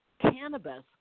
cannabis